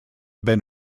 been